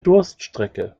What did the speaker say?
durststrecke